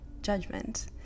judgment